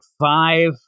five